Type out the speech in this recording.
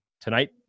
tonight